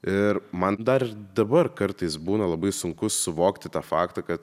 ir man dar ir dabar kartais būna labai sunku suvokti tą faktą kad